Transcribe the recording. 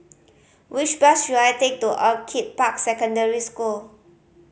which bus should I take to Orchid Park Secondary School